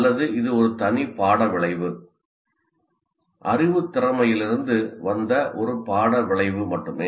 அல்லது இது ஒரு தனி பாட விளைவு அறிவுத்திறமையிலிருந்து வந்த ஒரு 'பாட விளைவு' மட்டுமே